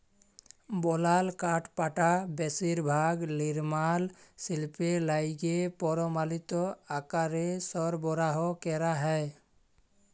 বলাল কাঠপাটা বেশিরভাগ লিরমাল শিল্পে লাইগে পরমালিত আকারে সরবরাহ ক্যরা হ্যয়